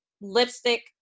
lipstick